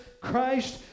Christ